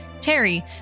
Terry